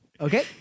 Okay